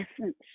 essence